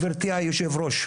גבירתי היושבת-ראש,